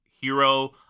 hero